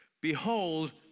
Behold